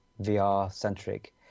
VR-centric